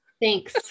Thanks